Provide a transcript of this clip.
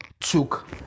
took